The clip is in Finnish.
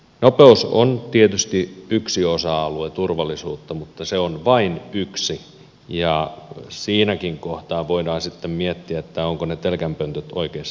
nopeus on tietysti yksi osa alue turvallisuutta mutta se on vain yksi ja siinäkin kohtaa voidaan sitten miettiä ovatko ne telkänpöntöt oikeissa paikoissa